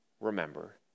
remember